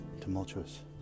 Tumultuous